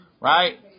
Right